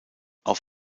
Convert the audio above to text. auf